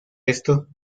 esto